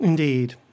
Indeed